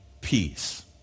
peace